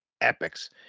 epics